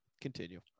continue